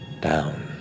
Down